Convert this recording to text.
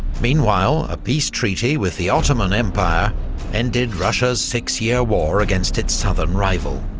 meanwhile a peace treaty with the ottoman empire ended russia's six-year war against its southern rival.